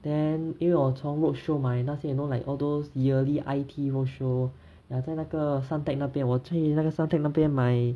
then 因为我从 roadshow 买那些 you know like all those yearly I_T roadshow ya 在那个 suntec 那边我最那个 suntec 那边买